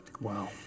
Wow